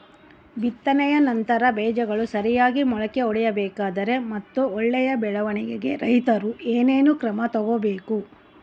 ಬಿತ್ತನೆಯ ನಂತರ ಬೇಜಗಳು ಸರಿಯಾಗಿ ಮೊಳಕೆ ಒಡಿಬೇಕಾದರೆ ಮತ್ತು ಒಳ್ಳೆಯ ಬೆಳವಣಿಗೆಗೆ ರೈತರು ಏನೇನು ಕ್ರಮ ತಗೋಬೇಕು?